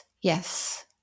Yes